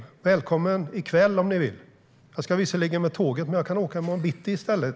Ni är välkomna i kväll om ni vill. Jag ska visserligen åka med tåget, men jag kan åka i morgon bitti i stället.